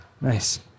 Nice